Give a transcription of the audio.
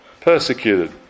persecuted